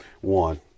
one